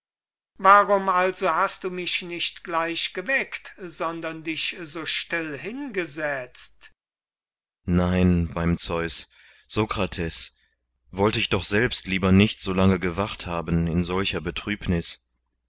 warum also hast du mich nicht gleich geweckt sondern dich so still hingesetzt kriton nein beim zeus sokrates wollte ich doch selbst lieber nicht so lange gewacht haben in solcher betrübnis